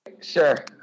Sure